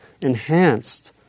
enhanced